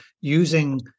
using